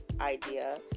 idea